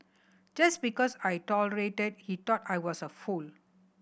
just because I tolerated he thought I was a fool